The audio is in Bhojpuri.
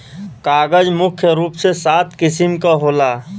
कागज मुख्य रूप से सात किसिम क होला